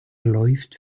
läuft